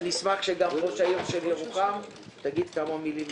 אשמח שגם ראשת עיריית ירוחם תגיד כמה מלים בנושא.